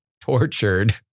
tortured